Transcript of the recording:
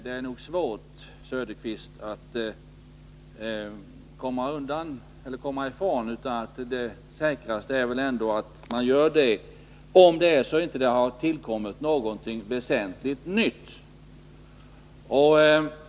Det säkraste är väl ändå att följa planen, om det inte har tillkommit någonting väsentligt nytt.